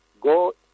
Go